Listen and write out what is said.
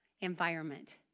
environment